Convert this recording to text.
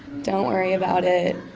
don't worry about it.